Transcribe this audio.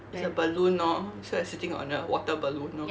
it's a balloon lor so you're sitting on a water balloon lor